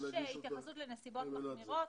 נדרשת התייחסות לנסיבות מחמירות